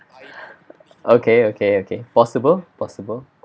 okay okay okay possible possible